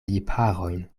lipharojn